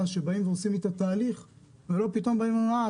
כשבאים ועושים את התהליך ולא פתאום באים ואומרים: אה,